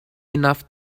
enough